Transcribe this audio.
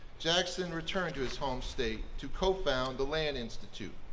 jackson returned to his home state to co-found the land institute.